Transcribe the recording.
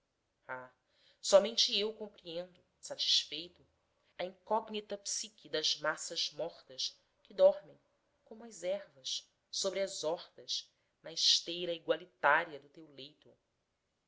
somente eu compreendo satisfeito a incógnita psique das massas mortas que dormem como as ervas sobre as hortas na esteira igualitária do teu leito